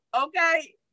okay